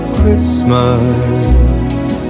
Christmas